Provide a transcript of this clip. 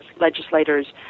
legislators